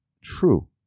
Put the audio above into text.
true